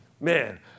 Man